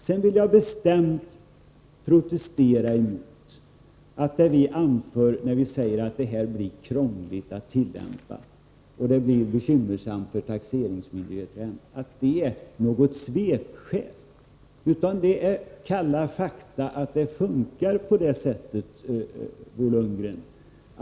Sedan vill jag bestämt protestera mot att det är svepskäl, när vi anför att det system ni föreslår skulle bli krångligt att tillämpa och bekymmersamt för taxeringsmyndigheterna. Det är kalla fakta att det fungerar på det sättet, Bo Lundgren.